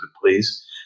please